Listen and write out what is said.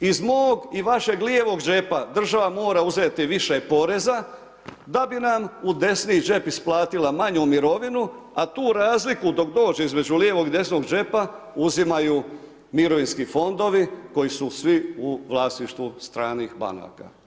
iz mog i vašeg lijevog džepa država mora uzeti više poreza da bi nam u desni džep isplatila manju mirovinu a tu razliku dok dođe između lijevog i desnog džepa, uzimaju mirovinski fondovi koji su svi u vlasništvu stranih banaka.